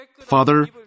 Father